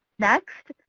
next,